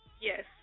Yes